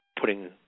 putting –